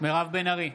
מירב בן ארי,